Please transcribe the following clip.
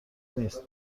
نیست